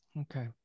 Okay